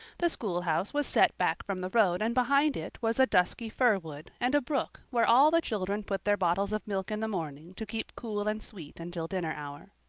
the schoolhouse was set back from the road and behind it was a dusky fir wood and a brook where all the children put their bottles of milk in the morning to keep cool and sweet until dinner hour.